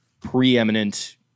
preeminent